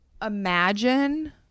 Imagine